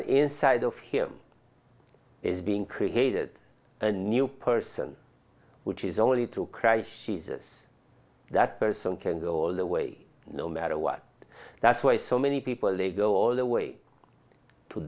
but inside of him is being created a new person which is only two crashes that person can go all the way no matter what that's why so many people they go all the way to